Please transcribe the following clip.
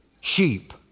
sheep